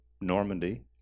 Normandy